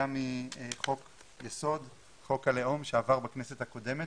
גם מחוק יסוד, חוק הלאום שעבר בכנסת הקודמת